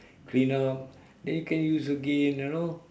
clean up then you can use again you know